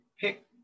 pick